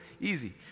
easy